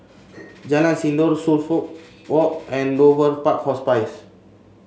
Jalan Sindor Suffolk Walk and Dover Park Hospice